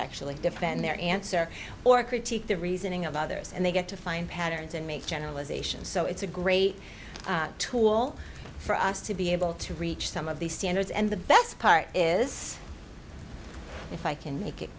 actually defend their answer or critique the reasoning of others and they get to fine patterns and make generalizations so it's a great tool for us to be able to reach some of these standards and the best part is if i can make it